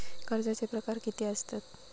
कर्जाचे प्रकार कीती असतत?